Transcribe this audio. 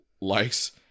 likes